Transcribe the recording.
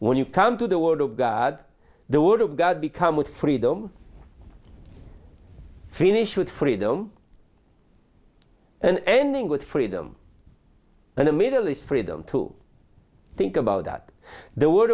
when you come to the word of god the word of god become with freedom finish with freedom and ending with freedom and the middle is freedom to think about that the word